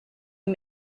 and